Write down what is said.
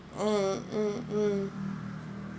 mm mm mm